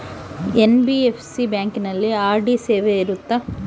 NBFC ಬ್ಯಾಂಕಿನಲ್ಲಿ RD ಸೇವೆ ಇರುತ್ತಾ?